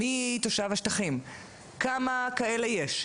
מי תושב השטחים וכמה כאלה יש.